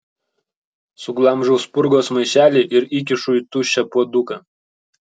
suglamžau spurgos maišelį ir įkišu į tuščią puoduką